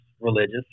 religious